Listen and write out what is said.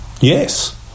yes